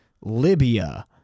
Libya